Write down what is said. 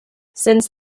since